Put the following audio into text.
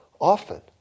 often